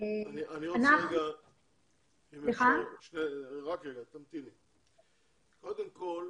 קודם כל,